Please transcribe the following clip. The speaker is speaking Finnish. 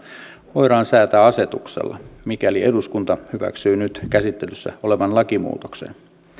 voidaan säätää asetuksella mikäli eduskunta hyväksyy nyt käsittelyssä olevan lakimuutoksen